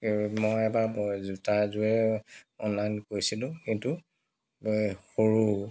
মই এবাৰ জোতা এযোৰে অনলাইন কৰিছিলো কিন্তু সৰু